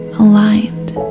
aligned